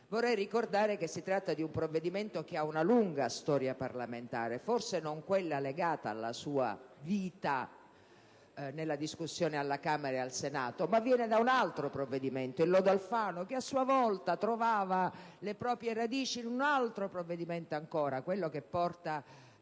vorrei ricordare che si tratta di un disegno di legge che ha una lunga storia parlamentare, forse non quella legata alla sua vita nella discussione alla Camera e al Senato: viene infatti da un altro provvedimento, il lodo Alfano, che a sua volta trovava le proprie radici in un altro ancora, quello che porta